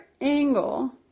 angle